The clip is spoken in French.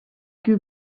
que